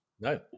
no